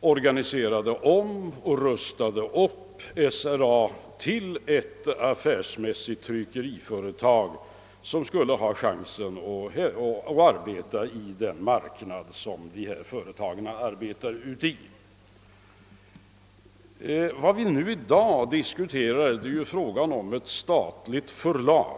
organiserade om och rustade upp SRA till ett affärsmässigt tryckeriföretag, som skulle ha en chans att arbeta på den marknad där sådana företag arbetar. Vad vi diskuterar i dag är frågan om ett statligt förlag.